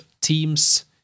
Teams